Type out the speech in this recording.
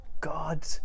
God